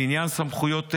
לעניין סמכויות אלה,